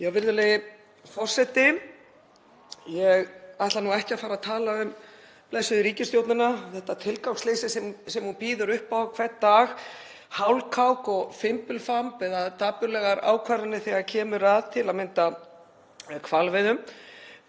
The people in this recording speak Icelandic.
Virðulegi forseti. Ég ætla ekki að fara að tala um blessaða ríkisstjórnina og þetta tilgangsleysi sem hún býður upp á hvern dag, hálfkák og fimbulfamb eða dapurlegar ákvarðanir þegar kemur til að mynda að hvalveiðum.